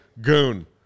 goon